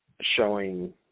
showing